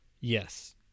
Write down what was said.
Yes